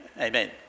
Amen